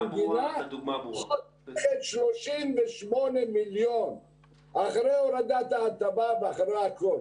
המדינה שופכת 38 מיליון אחרי הורדת ההטבה ואחרי הכול.